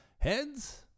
Heads